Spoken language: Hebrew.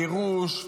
גירוש,